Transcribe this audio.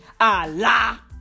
Allah